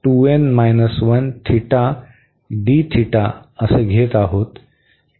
तर आपण येथे घेत आहोत